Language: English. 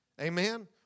Amen